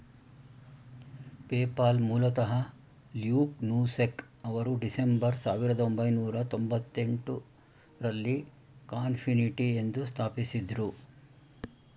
PayPal ಮೂಲತಃ Luke Nosek ಅವರು December ಸಾವಿರದ ಒಂಬೈನೂರ ತೊಂಭತ್ತೆಂಟು ರಲ್ಲಿ ಕಾನ್ಫಿನಿಟಿ ಎಂದು ಸ್ಥಾಪಿಸಿದ್ದ್ರು